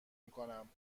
میکنم